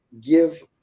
give